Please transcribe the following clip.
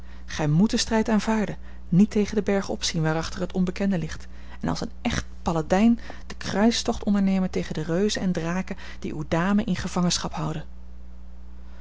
gij moet den strijd aanvaarden niet tegen den berg opzien waarachter het onbekende ligt en als een echt paladijn den kruistocht ondernemen tegen de reuzen en draken die uwe dame in gevangenschap houden